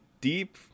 deep